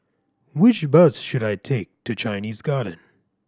which bus should I take to Chinese Garden